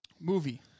Movie